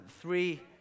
three